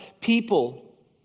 people